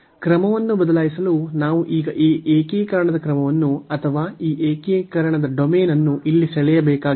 ಕ್ರಮವನ್ನು ಬದಲಾಯಿಸಲು ನಾವು ಈಗ ಈ ಏಕೀಕರಣದ ಕ್ರಮವನ್ನು ಅಥವಾ ಈ ಏಕೀಕರಣದ ಡೊಮೇನ್ ಅನ್ನು ಇಲ್ಲಿ ಸೆಳೆಯಬೇಕಾಗಿದೆ